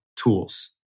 tools